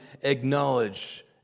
acknowledge